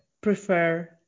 prefer